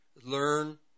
learn